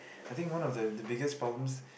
I think one of the the biggest problems